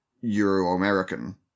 Euro-American